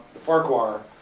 the farquar.